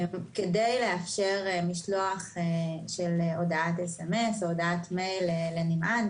כדי לאפשר משלוח של הודעת סמס או הודעת מייל לנמען,